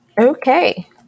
Okay